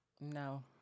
No